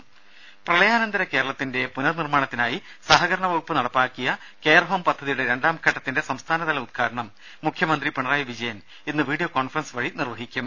രുമ പ്രളയാനന്തര കേരളത്തിന്റെ പുനർനിർമാണത്തിനായി സഹകരണ വകുപ്പ് നടപ്പിലാക്കിയ കെയർ ഹോം പദ്ധതിയുടെ രണ്ടാം ഘട്ടത്തിന്റെ സംസ്ഥാനതല ഉദ്ഘാടനം മുഖ്യമന്ത്രി പിണറായി വിജയൻ ഇന്ന് വീഡിയോ കോൺഫറൻസ് വഴി നിർവഹിക്കും